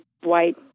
white